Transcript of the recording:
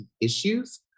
issues